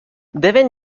deben